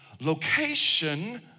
location